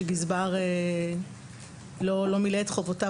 שבו גזבר לא מילא את חובותיו,